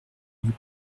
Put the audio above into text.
lui